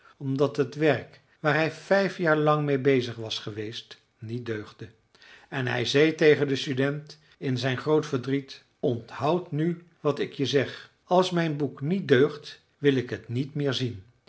omdat het werk waar hij vijf jaar lang meê bezig was geweest niet deugde en hij zei tegen den student in zijn groot verdriet onthoud nu wat ik je zeg als mijn boek niet deugt wil ik het niet meer zien